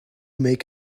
make